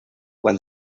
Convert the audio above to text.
when